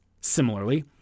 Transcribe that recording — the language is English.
Similarly